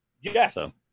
Yes